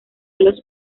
los